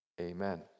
Amen